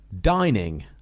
Dining